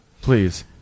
please